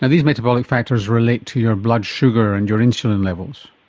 and these metabolic factors relate to your blood sugar and your insulin levels.